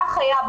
כך היה,